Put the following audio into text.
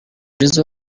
jizzo